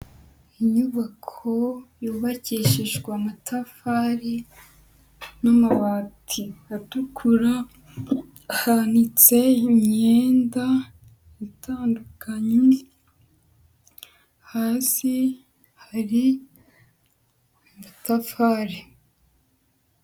Inyubako yubakishijwe amatafari n'amabati atukura hanitse imyenda itandukanye, hasi hari amatafari.